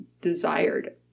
desired